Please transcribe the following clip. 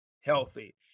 healthy